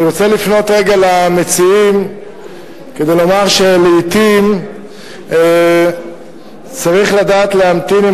אני רוצה לפנות רגע למציעים ולומר שלעתים צריך לדעת להמתין עם